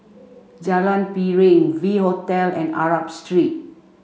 Jalan Piring V Hotel and Arab Street